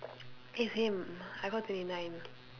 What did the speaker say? eh same I got thirty nine